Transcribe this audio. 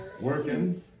Working